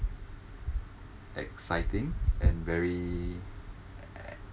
exciting and very